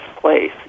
place